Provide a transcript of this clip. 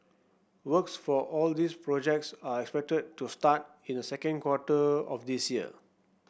works for all these projects are expected to start in the second quarter of this year